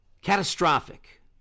catastrophic